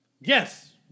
Yes